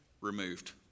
removed